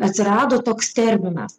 atsirado toks terminas